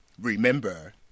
remember